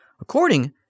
according